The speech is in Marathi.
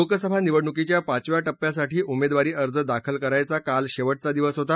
लोकसभा निवडणुकीच्या पाचव्या टप्प्यासाठी उमेदवारी अर्ज दाखल करायचा काल शेवटचा दिवस होता